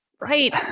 Right